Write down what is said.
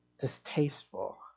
distasteful